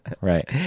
right